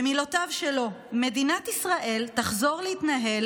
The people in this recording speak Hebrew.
במילותיו שלו: מדינת ישראל תחזור להתנהל